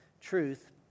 truth